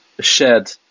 shared